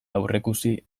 aurreikusi